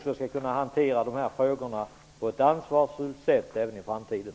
skall kunna hantera de här frågorna på ett ansvarsfullt sätt även i framtiden.